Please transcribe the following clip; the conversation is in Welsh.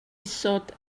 isod